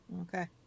Okay